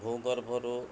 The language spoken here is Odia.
ଭୂଗର୍ଭରୁ